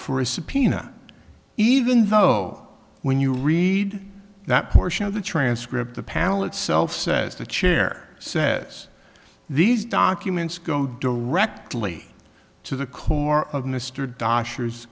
subpoena even though when you read that portion of the transcript the panel itself says the chair says these documents go directly to the core of mr d